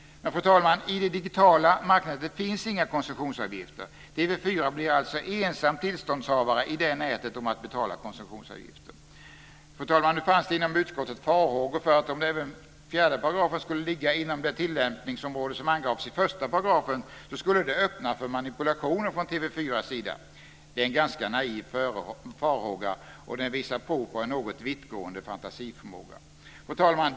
Men i det digitala marknätet finns inga koncessionsavgifter, fru talman. TV 4 blir alltså ensam tillståndshavare i det nätet om att betala koncessionsavgifter. Fru talman! Nu fanns det i utskottet farhågor för att om även 4 § skulle ligga inom det tillämpningsområde som angavs i 1 § skulle det öppna för manipulationer från TV 4:s sida. Det är en ganska naiv farhåga, och den visar prov på en något vittgående fantasiförmåga. Fru talman!